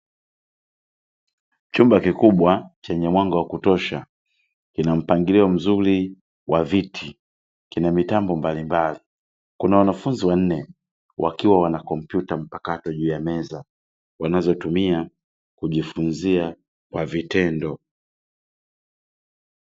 Chumba kikubwa chenye mwanga wakutosha kina mpangilio mzuri wa viti, kina mitambo mbalimbali. Kuna wanafunzi wanne wakiwa na kompyuta mpakato juu ya meza wanazotumia kujifunzia kwa vitendo.